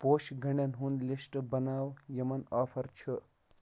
پوشہِ گٔنٛڈٮ۪ن ہُنٛد لِسٹ بَناو یِمَن آفر چھُ